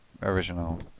original